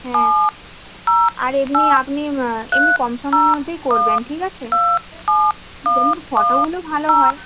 হ্যাঁ আর এমনি আপনি এমনি কমসমের মধ্যেই করবেন ঠিক আছে যেন ফটোগুলো ভালো হয়